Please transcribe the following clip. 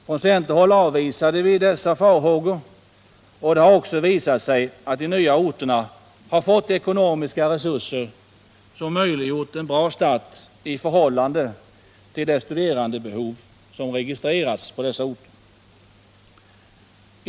Från centerhåll avvisade vi dessa farhågor, och det har även visat sig att de nya orterna har fått ekonomiska resurser som möjliggjort en bra start i förhållande till det undervisningsbehov som registrerats på dessa orter.